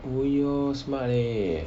!aiyo! smart leh